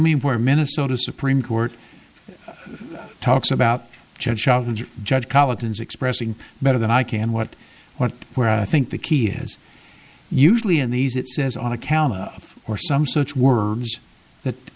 me where minnesota supreme court talks about judge collins expressing better than i can what what where i think the key is usually in these it says on a camera or some such words that